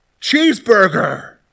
cheeseburger